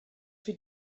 für